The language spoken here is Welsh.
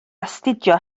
astudio